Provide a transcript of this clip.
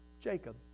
Jacob